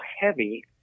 heavy